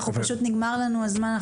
נגמר לנו הזמן.